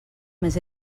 més